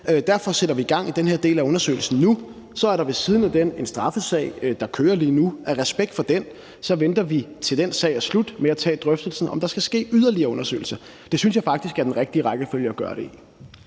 Derfor sætter vi gang i den her del af undersøgelsen nu. Så er der ved siden af den en straffesag, der kører lige nu, og af respekt for den venter vi, til den sag er slut, med at tage drøftelsen om, om der skal ske yderligere undersøgelser. Det synes jeg faktisk er den rigtige rækkefølge at gøre det i.